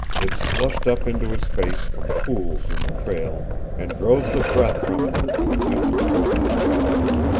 it slushed up into his face from pools in the trail and drove the breath from him when he attempted to open his jaws.